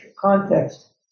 context